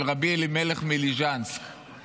של רבי אלימלך מליז'נסק,